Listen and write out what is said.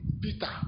Peter